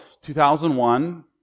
2001